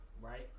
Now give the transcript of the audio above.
Right